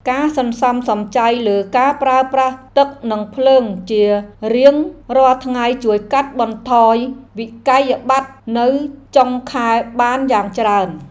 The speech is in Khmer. ការសន្សំសំចៃលើការប្រើប្រាស់ទឹកនិងភ្លើងជារៀងរាល់ថ្ងៃជួយកាត់បន្ថយវិក្កយបត្រនៅចុងខែបានយ៉ាងច្រើន។